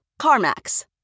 CarMax